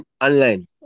online